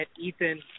Ethan